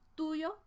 tuyo